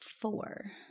four